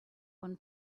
one